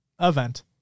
event